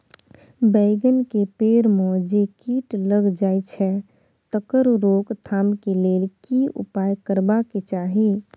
बैंगन के पेड़ म जे कीट लग जाय छै तकर रोक थाम के लेल की उपाय करबा के चाही?